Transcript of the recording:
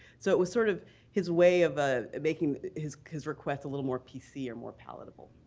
so it was sort of his way of ah making his his request a little more pc or more palatable.